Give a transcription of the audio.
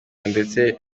ndetse